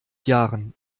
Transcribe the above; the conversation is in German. jahren